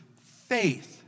faith